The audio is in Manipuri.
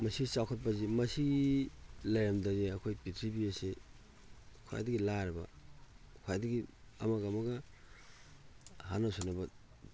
ꯃꯁꯤ ꯆꯥꯎꯈꯠꯄꯁꯤ ꯃꯁꯤ ꯂꯩꯔꯝꯗ꯭ꯔꯗꯤ ꯑꯩꯈꯣꯏ ꯄ꯭ꯔꯤꯊꯤ ꯑꯁꯤ ꯈ꯭ꯋꯥꯏꯗꯒꯤ ꯂꯥꯏꯔꯕ ꯈ꯭ꯋꯥꯏꯗꯒꯤ ꯑꯃꯒ ꯑꯃꯒ ꯍꯥꯠꯅ ꯁꯨꯅꯕ